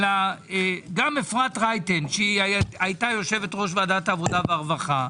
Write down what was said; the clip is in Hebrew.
אלא גם אפרת רייטן שהייתה יושבת-ראש ועדת העבודה והרווחה,